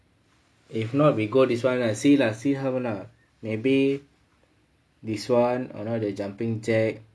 if not we go this [one] lah see lah see how lah maybe this [one] or the jumping jack